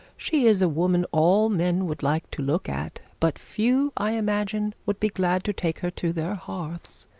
she is a woman all men would like to look at but few i imagine would be glad to take her to their hearths,